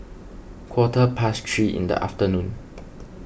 quarter past three in the afternoon